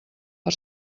per